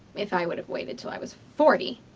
if i would have waited till i was forty.